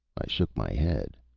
shook my head.